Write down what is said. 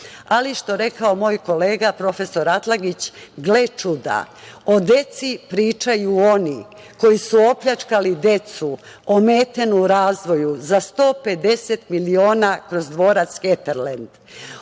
kao što je rekao moj kolega profesor Atlagić, gle čuda, o deci pričaju oni koji su opljačkali decu ometenu u razvoju za 150 miliona kroz dvorac „Heterlend“.